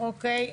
אוקי.